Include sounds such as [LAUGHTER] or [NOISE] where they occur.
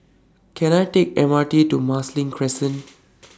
Can I Take The M R T to Marsiling Crescent [NOISE]